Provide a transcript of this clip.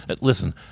listen